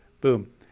Boom